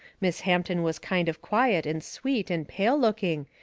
miss hampton was kind of quiet and sweet and pale looking,